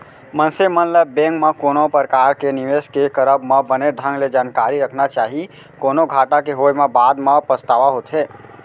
मनसे मन ल बेंक म कोनो परकार के निवेस के करब म बने ढंग ले जानकारी रखना चाही, कोनो घाटा के होय म बाद म पछतावा होथे